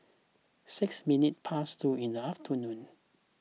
six minutes past two in the afternoon